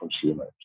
consumers